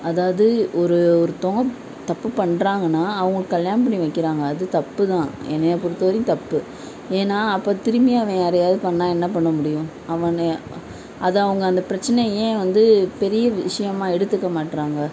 அதாவது ஒரு ஒருத்தவங்கள் தப்பு பண்ணுறாங்கன்னா அவங்களுக்கு கல்யாணம் பண்ணி வைக்கிறாங்க அது தப்புதான் என்னை பொறுத்தவரையும் தப்பு ஏன்னா அப்போது திரும்பியும் அவன் யாரையாவது பண்ணா என்ன பண்ண முடியும் அவனே அதை அவங்க அந்த பிரச்சனை ஏன் வந்து பெரிய விஷயமாக எடுத்துக்க மாட்டேறாங்க